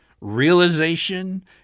realization